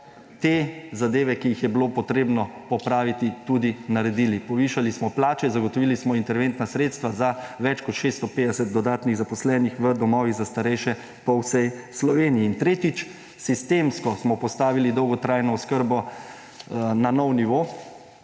te zadeve, ki jih je bilo treba popraviti, tudi naredili. Povišali smo plače, zagotovili smo interventna sredstva za več kot 650 dodatnih zaposlenih v domovih za starejše po vsej Sloveniji; in tretjič, sistemsko smo postavili dolgotrajno oskrbo na nov nivo,